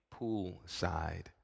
poolside